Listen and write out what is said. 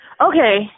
Okay